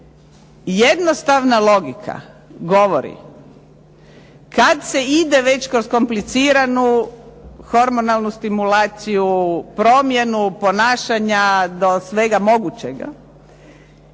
jednostavna logika govori kad se ide već kroz kompliciranu hormonalnu stimulaciju, promjenu ponašanja do svega mogućega